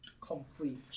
complete